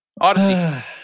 Odyssey